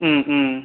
ம் ம்